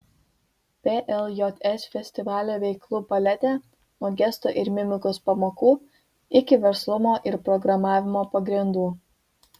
pljs festivalio veiklų paletė nuo gestų ir mimikos pamokų iki verslumo ir programavimo pagrindų